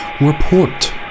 Report